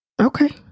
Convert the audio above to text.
Okay